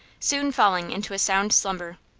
soon falling into a sound slumber.